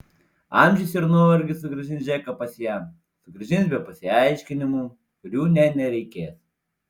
amžius ir nuovargis sugrąžins džeką pas ją sugrąžins be pasiaiškinimų kurių nė nereikės